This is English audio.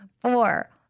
four